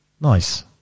Nice